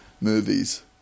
movies